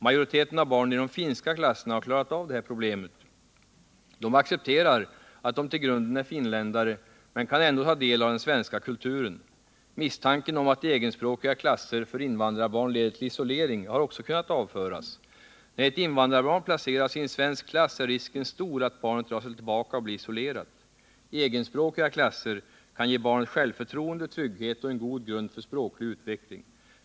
Majoriteten av barnen i de finska klasserna har klarat av det här problemet. De accepterar att de i grunden är finländare, och de kan ändå ta del av den svenska kulturen. Misstanken om att egenspråkiga klasser för invandrarbarn leder till isolering har också kunnat avföras. När däremot ett invandrarbarn placeras i en svensk klass är risken stor att barnet drar sig undan och blir isolerat. Egenspråkiga klasser kan ge barnet självförtroende, trygghet och en god grund för språklig utveckling.